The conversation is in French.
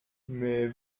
mais